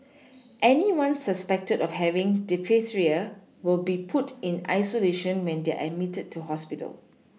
anyone suspected of having diphtheria will be put in isolation when they are admitted to hospital